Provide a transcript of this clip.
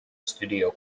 studio